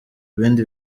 bindi